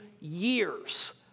years